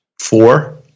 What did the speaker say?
four